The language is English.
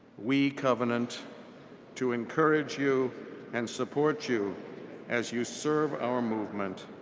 we covenant to encourage you and support you as you serve our movement.